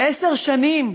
עשר שנים,